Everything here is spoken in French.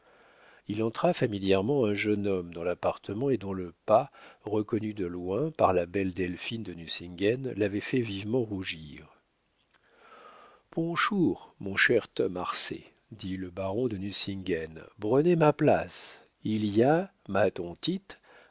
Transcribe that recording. il entra familièrement un jeune homme dans l'appartement et dont le pas reconnu de loin par la belle delphine de nucingen l'avait fait vivement rougir ponchour mon cher te marsay dit le baron de nucingen brenez ma blace il y a m'a-t-on